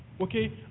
Okay